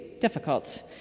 difficult